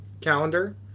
calendar